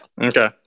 Okay